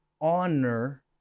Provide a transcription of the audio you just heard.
honor